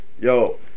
Yo